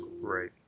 right